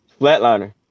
Flatliner